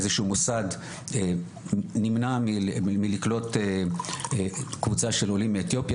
איזשהו מוסד נמנע מלקלוט קבוצה של עולים מאתיופיה,